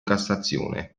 cassazione